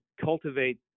cultivate